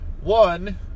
one